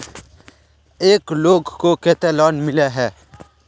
एक लोग को केते लोन मिले है?